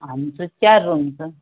आमचं चार रूमचं